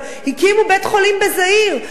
אבל הקימו בית-חולים בזאיר,